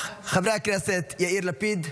חבר הכנסת יאיר לפיד,